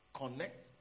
connect